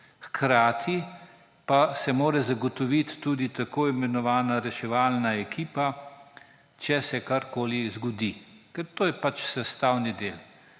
Hkrati pa se mora zagotoviti tudi tako imenovana reševalna ekipa, če se karkoli zgodi, ker to je pač sestavni del.